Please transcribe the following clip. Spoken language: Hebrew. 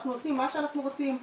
אנחנו עושים מה שאנחנו רוצים,